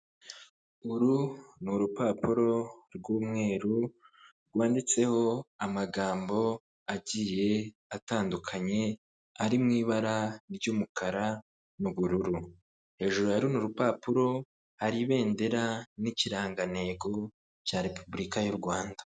Uru ni urupapuro rw'umweru rwanditseho amagambo agiye atandukanye ari mu ibara ry'umukara n'ubururu hejuru yaru ni urupapuro hari ibendera n'ikirangantego cya Repubulika y'u Rwanda.